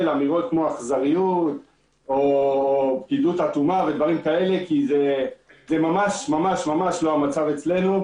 אמירות כמו אכזריות או פקידות אטומה ודברים כאלה כי זה ממש לא המצב אצלנו.